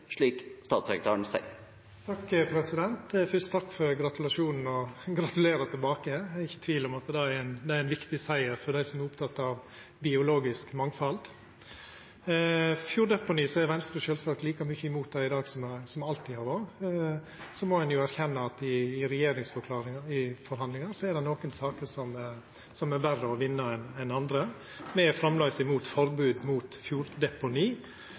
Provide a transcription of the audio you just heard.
slik statssekretæren sier? Fyrst takk for gratulasjonane, og gratulerer tilbake. Det er ikkje tvil om at det er ein viktig siger for dei som er opptekne av biologisk mangfald. Fjorddeponi er Venstre sjølvsagt like mykje imot i dag som me alltid har vore. Så må ein jo erkjenna at i regjeringsforhandlingar er det nokre saker som er verre å vinna enn andre. Me er framleis for forbod mot fjorddeponi,